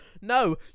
No